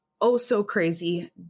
oh-so-crazy